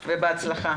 ובהצלחה.